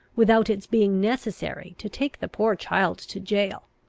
without its being necessary to take the poor child to jail.